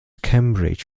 cambridge